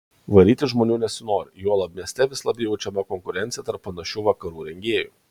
varyti žmonių nesinori juolab mieste vis labiau jaučiama konkurencija tarp panašių vakarų rengėjų